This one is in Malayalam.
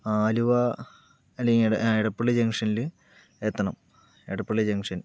ആലുവ അല്ലങ്കി എട എടപ്പള്ളി ജംഗ്ഷനില് എത്തണം എടപ്പളളി ജംഗ്ഷൻ